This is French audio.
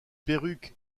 perruque